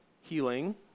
healing